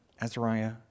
Azariah